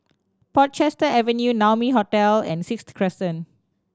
Portchester Avenue Naumi Hotel and Sixth Crescent